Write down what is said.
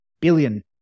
billion